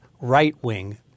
right-wing